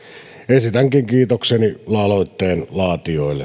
esitänkin kiitokseni aloitteen laatijoille